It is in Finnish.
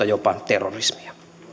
jopa terrorismia